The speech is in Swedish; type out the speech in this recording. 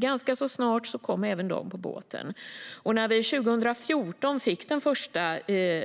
Ganska snart kom dock även Moderaterna och Sverigedemokraterna med på båten. När vi 2014 fick den första